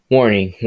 warning